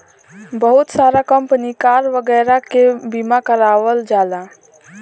बहुत सारा company car वगैरह के बीमा करावल जाला